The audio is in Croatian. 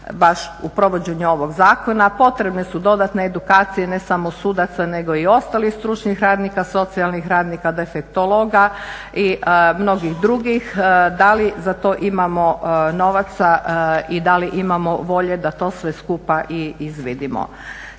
baš u provođenju ovoga zakona. Potrebne su dodatne edukacije ne samo sudaca, nego i ostalih stručnih radnika, socijalnih radnika, defektologa i mnogih drugih. Da li za to imamo novaca i da li imamo volje da to sve skupa i izvidimo?